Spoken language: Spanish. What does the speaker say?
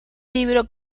libro